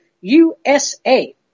USA